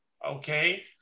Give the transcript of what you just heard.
Okay